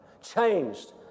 changed